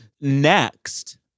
Next